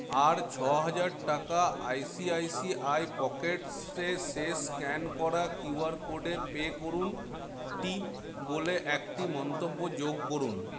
আর ছহাজার টাকা I C I C I pockets এ শেষ স্ক্যান করা কোডে পে করুন টিপ বলে একটি মন্তব্য যোগ করুন